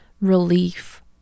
relief